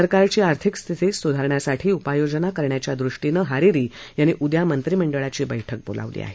सरकारची आर्थिक स्थिती सुधारण्यासाठी उपाययोजना करण्याच्या दृष्टीनं हारिरी यांनी उद्या मंत्रिमंडळाची बैठक बोलावली आहे